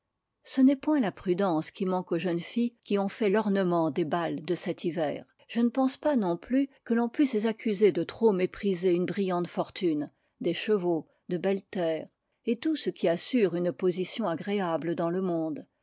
ce n'est point la prudence qui manque aux jeunes filles qui ont fait l'ornement des bals de cet hiver je ne pense pas non plus que l'on puisse les accuser de trop mépriser une brillante fortune des chevaux de belles terres et tout ce qui assure une position agréable dans le monde